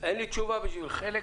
אין לי תשובה בשבילך.